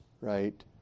right